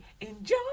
Enjoy